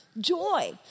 Joy